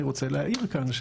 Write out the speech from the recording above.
אני רוצה להעיר כאן,